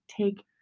take